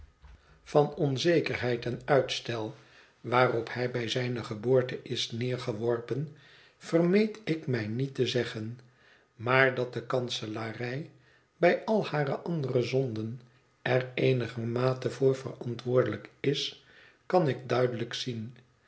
huis heid en uitstel waarop hij bij zijne geboorte is neergeworpen vermeet ik mij niette zeggen maar dat de kanselarij bij al hare andere zonden er eenigermate voor verantwoordelijk is kan ik duidelijk zien